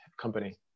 company